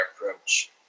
approach